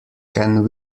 can